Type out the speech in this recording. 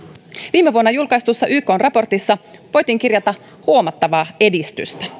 viime vuonna julkaistussa ykn raportissa voitiin kirjata huomattavaa edistystä